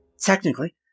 Technically